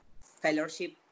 fellowship